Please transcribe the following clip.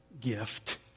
gift